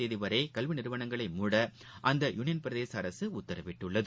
தேதிவரைகல்விநிறுவனங்களை மூட அந்த யூனியன் பிரதேசஅரசுஉத்தரவிட்டுள்ளது